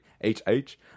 H-H